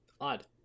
odd